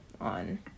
on